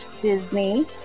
disney